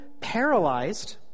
paralyzed